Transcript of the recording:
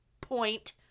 point